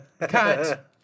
Cut